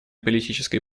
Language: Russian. политической